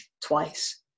twice